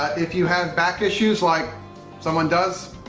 if you have back issues like someone does,